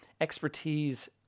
expertise